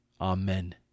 Amen